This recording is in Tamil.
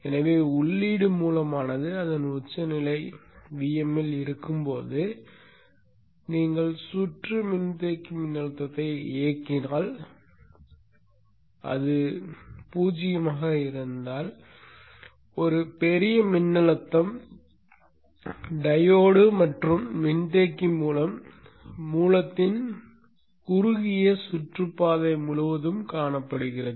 எனவே உள்ளீடு மூலமானது அதன் உச்சநிலை Vm இல் இருக்கும்போது நீங்கள் சுற்று மின்தேக்கி மின்னழுத்தத்தை இயக்கினால் பூஜ்ஜியமாக இருந்தால் ஒரு பெரிய மின்னழுத்தம் டையோடு மற்றும் மின்தேக்கி மூலம் மூலத்தின் குறுகிய சுற்று பாதை முழுவதும் காணப்படுகிறது